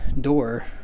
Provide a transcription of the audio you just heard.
door